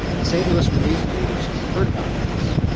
st. louis relief leaders heard about this